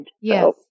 Yes